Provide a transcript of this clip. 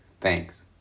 Thanks